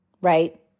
right